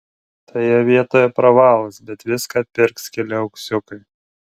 toje vietoje pravalas bet viską atpirks keli auksiukai